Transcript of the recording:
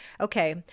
okay